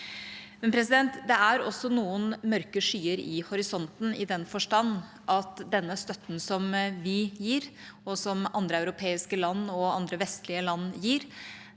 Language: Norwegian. Men det er også noen mørke skyer i horisonten, i den forstand at denne støtten som vi gir, og som andre europeiske land og andre vestlige land gir,